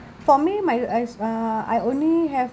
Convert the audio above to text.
for me my I uh I only have